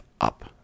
up